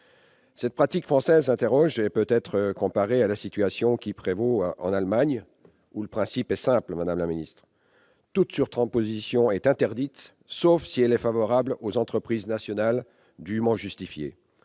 Cette pratique française interroge et peut être comparée à la situation qui prévaut en Allemagne, où, selon un principe simple, toute surtransposition est interdite, sauf si elle est favorable aux entreprises nationales et dûment justifiée.